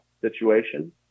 situation